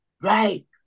Right